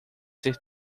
ser